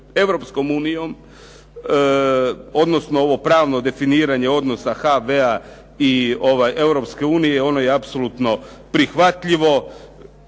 Europskom unijom odnosno ovo pravno definiranje odnosa HV i Europske unije ono je apsolutno prihvatljivo.